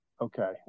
Okay